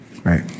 Right